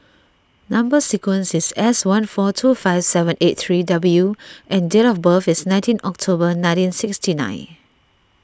Number Sequence is S one four two five seven eight three W and date of birth is nineteen October nineteen sixty nine